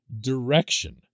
direction